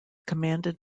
commanded